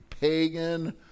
pagan